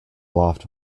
loft